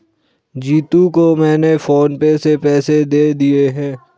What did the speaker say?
जीतू को मैंने PhonePe से पैसे दे दिए हैं